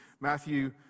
Matthew